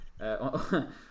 on